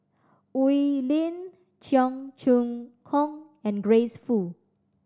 Oi Lin Cheong Choong Kong and Grace Fu